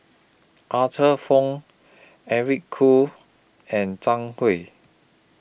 Arthur Fong Eric Khoo and Zhang Hui